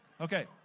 okay